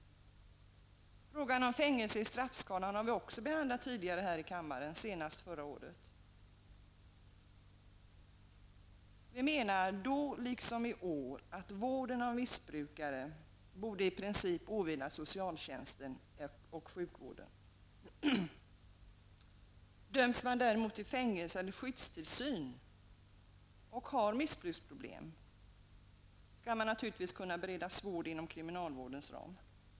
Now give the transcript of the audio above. Frågan om fängelse i straffskalan har vi också behandlat i kammaren tidigare -- senast förra året. Vi menade då, liksom vi gör i år, att vården av missbrukare borde i princip åvila socialtjänsten och sjukvården. Döms man däremot till fängelse eller skyddstillsyn och samtidigt har missbruksproblem, skall man naturligtvis kunna beredas vård inom kriminalvårdens ram.